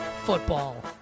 football